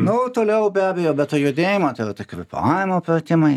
nu o toliau be abejo be to judėjimo tai yra tie kvėpavimo pratimai